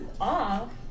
off